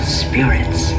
spirits